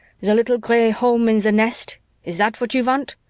the little gray home in the nest is that what you want?